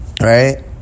right